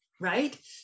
Right